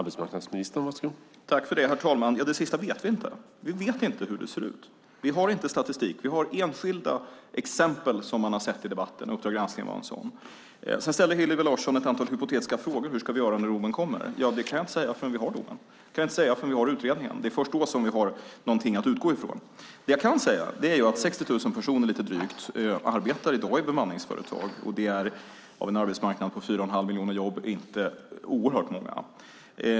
Herr talman! Beträffande det sista vet vi inte. Vi vet inte hur det ser ut. Vi har inte statistik, vi har enskilda exempel som tagits upp i debatten. Uppdrag granskning tog upp ett sådant. Hillevi Larsson ställer ett antal hypotetiska frågor: Hur ska vi göra när domen kommer? Ja, det kan jag inte säga förrän vi har domen. Det kan jag inte säga förrän vi har utredningen. Det är först då som vi har någonting att utgå ifrån. Det jag kan säga är att lite drygt 60 000 personer arbetar i dag i bemanningsföretag, och det är av en arbetsmarknad på fyra och en halv miljon jobb inte oerhört många.